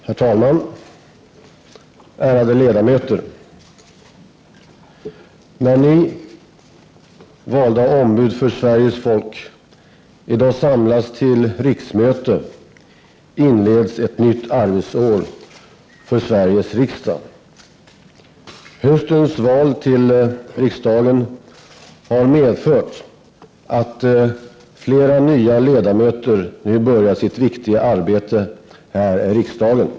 Herr talman, ärade ledamöter! När Ni, valda ombud för Sveriges folk, i dag samlas till riksmöte, inleds ett nytt arbetsår för Sveriges riksdag. Höstens val till riksdagen har medfört att flera nya ledamöter nu börjar sitt viktiga arbete här i riksdagen.